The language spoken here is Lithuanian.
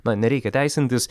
na nereikia teisintis